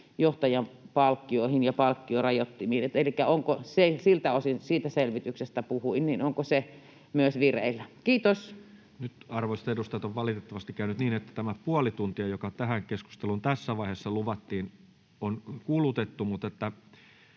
johtajien palkkioihin ja palkkiorajoittimiin? Elikkä onko se siltä osin, mistä selvityksestä puhuin, myös vireillä? — Kiitos. Nyt, arvoisat edustajat, on valitettavasti käynyt niin, että tämä puoli tuntia, joka tähän keskusteluun tässä vaiheessa luvattiin, on kulutettu.